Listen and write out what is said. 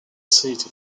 cities